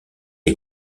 est